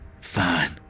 Fine